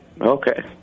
Okay